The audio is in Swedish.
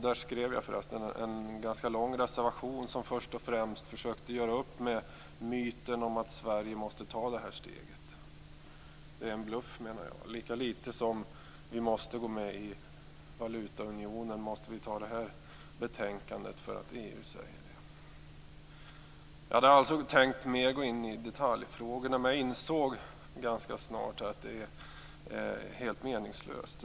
Där skrev jag en ganska lång reservation i vilken jag först och främst försökte göra upp med myten om att Sverige måste ta detta steg. Jag menar att det är en bluff. Lika litet som vi måste gå med i valutaunionen, lika litet måste vi bifalla hemställan i detta betänkande därför att EU säger det. Jag hade alltså tänkt att mer gå in i detaljfrågorna, men jag insåg ganska snart att det är helt meningslöst.